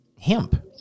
Hemp